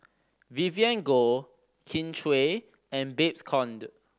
Vivien Goh Kin Chui and Babes Conde